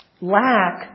lack